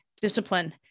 discipline